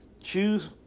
Choose